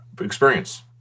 experience